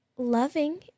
loving